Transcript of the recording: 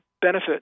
benefit